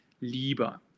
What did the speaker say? Lieber